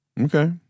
Okay